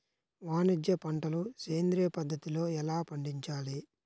వాణిజ్య పంటలు సేంద్రియ పద్ధతిలో ఎలా పండించాలి?